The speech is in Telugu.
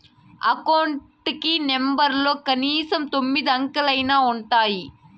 అకౌంట్ కి నెంబర్లలో కనీసం తొమ్మిది అంకెలైనా ఉంటాయి